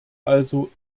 also